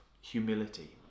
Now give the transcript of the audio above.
humility